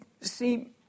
see